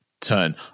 turn